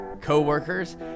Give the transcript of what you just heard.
co-workers